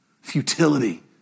futility